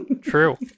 True